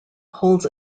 holds